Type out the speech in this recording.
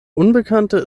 unbekannte